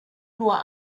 nur